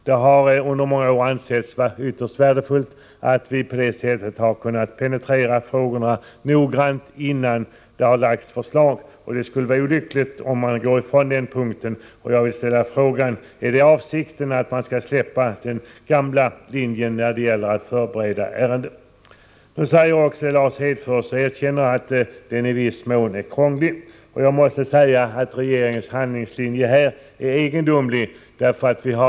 Det har under många år ansetts vara ytterst värdefullt att på detta sätt kunna penetrera frågorna noggrant innan det har lagts fram förslag. Det skulle vara olyckligt att gå ifrån denna princip. Jag vill ställa frågan: Är det socialdemokraternas avsikt att släppa den gamla linjen när det gäller att förbereda ärenden? Lars Hedfors erkänner att förslaget i viss mån är krångligt. Jag måste säga att regeringens handlingslinje är egendomlig.